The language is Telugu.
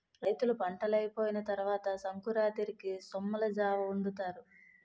రైతులు పంటలైపోయిన తరవాత సంకురాతిరికి సొమ్మలజావొండుతారు